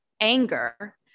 anger